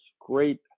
great